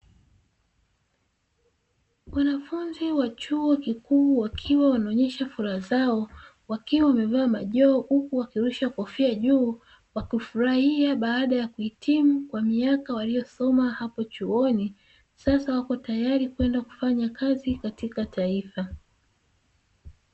Wanafunzi wa chuo kikuu wakiwa wanaonyesha furaha zao wakiwa wamevaa majoho, huku wakirusha kofia juu wakifurahia baada ya kuhitimu kwa miaka waliyosoma hapo chuoni sasa wapo tayari kwenda kufanya kazi katika taifa.